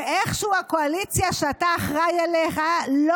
ואיכשהו הקואליציה שאתה אחראי עליה לא